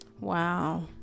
wow